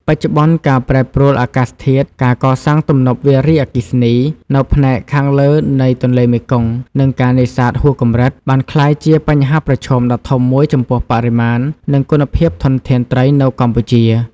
បច្ចុប្បន្ន ការប្រែប្រួលអាកាសធាតុ ការកសាងទំនប់វារីអគ្គិសនីនៅផ្នែកខាងលើនៃទន្លេមេគង្គ និងការនេសាទហួសកម្រិត បានក្លាយជាបញ្ហាប្រឈមដ៏ធំមួយចំពោះបរិមាណ និងគុណភាពធនធានត្រីនៅកម្ពុជា។